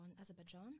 Azerbaijan